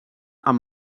amb